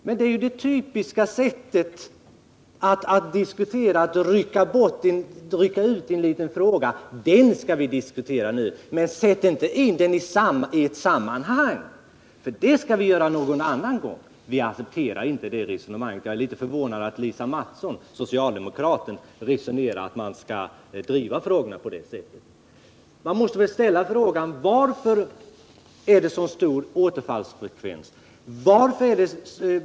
Det här är ett typiskt sätt att diskutera. Man rycker ut en liten fråga ur sitt sammanhang och säger: Den här frågan skall vi diskutera nu, men sätt inte in den i sitt sammanhang, för det skall vi diskutera någon annan gång! Vi accepterar inte ett sådant resonemang. Jag är litet förvånad över att socialdemokraten Lisa Mattson tycks vilja driva frågorna på det här sättet. Man måste väl ställa frågan: Varför är återfallsfrekvensen så stor?